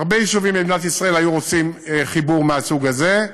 הרבה יישובים במדינת ישראל היו רוצים חיבור מהסוג הזה.